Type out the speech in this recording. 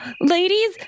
ladies